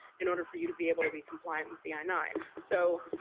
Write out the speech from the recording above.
in order for you to be able to be compliant with the i nine. so,